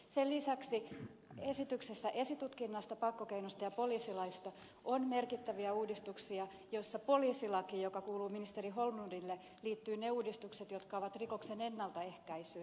sen lisäksi esityksessä esitutkinnasta pakkokeinosta ja poliisilaista on merkittäviä uudistuksia joissa poliisilakiin joka kuuluu ministeri holmlundille liittyvät ne uudistukset jotka ovat rikoksen ennaltaehkäisyyn